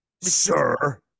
sir